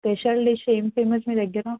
special dish ఏం famous మీ దగ్గర